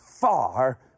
far